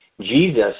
Jesus